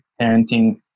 parenting